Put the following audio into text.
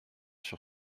sur